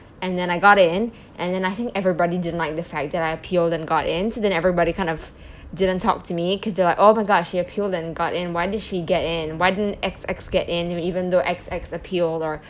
and then I got in and then I think everybody didn't like the fact that I appealed and got in so then everybody kind of didn't talk to me because they were like oh my gosh she appealed and got in why did she get in why didn't X X get in even though X X appealed or